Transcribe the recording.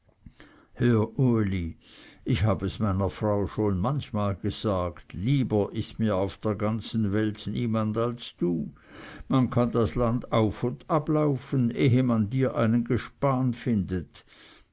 uli ich habe es meiner frau schon manchmal gesagt lieber ist mir auf der ganzen welt niemand als du man kann das land auf und ablaufen ehe man dir einen gespan findet